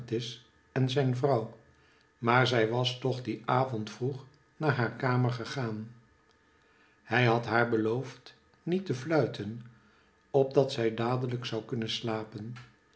en zijn vrouw maar zij was toch dien avond vroeg naar haar kamer gegaan hij had haar beloofd niet te fluiten opdat zij dadelijk zou kunnen slapen